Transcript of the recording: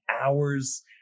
hours